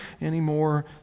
anymore